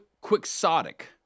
Quixotic